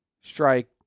strike